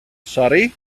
sori